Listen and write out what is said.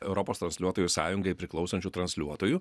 europos transliuotojų sąjungai priklausančių transliuotojų